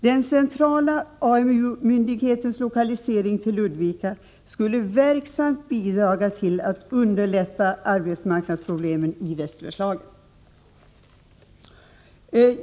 Den centrala AMU-myndighetens lokalisering till Ludvika skulle verksamt bidraga till att underlätta arbetet med att minska arbetsmarknadsproblemen i västra Bergslagen.